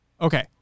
Okay